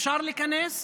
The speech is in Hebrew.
אפשר להיכנס,